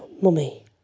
Mummy